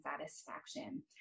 satisfaction